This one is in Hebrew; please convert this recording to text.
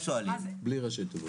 בלי ראשי תיבות.